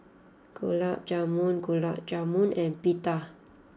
Gulab Jamun Gulab Jamun and Pita